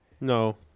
No